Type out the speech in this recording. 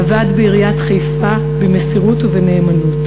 עבד בעיריית חיפה במסירות ובנאמנות.